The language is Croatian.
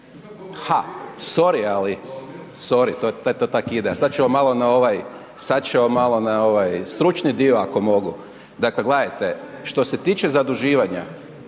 za vama. Ha, sory to tako ide. Sada ćemo malo na ovaj stručni dio ako mogu. Dakle, gledajte što se tiče zaduživanja,